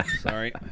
Sorry